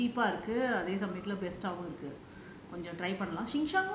உங்க இது வந்து இருக்கு வந்து இருக்கு:unga ithu vanthu irukku vanthu irukku